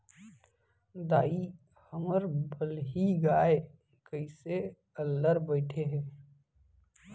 दाई, हमर बलही गाय कइसे अल्लर बइठे हे